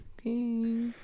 Okay